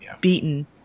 beaten